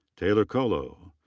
taylor kolo.